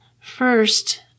First